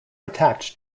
attached